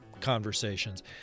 conversations